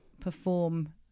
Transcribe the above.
perform